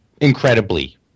incredibly